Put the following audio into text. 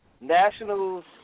Nationals